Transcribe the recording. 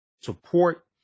support